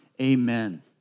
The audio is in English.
Amen